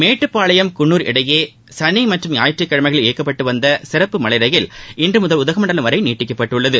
மேட்டுப்பாளையம் குன்னூர் இடையே சனி மற்றும் ஞாயிற்றுக் கிழமைகளில் இயக்கப்பட்டு வந்த சிறப்பு மலை ரயில் இன்று முதல் உதகமண்டலம் வரை நீட்டிக்கப்பட்டுள்ளது